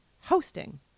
hosting